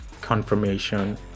confirmation